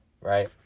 right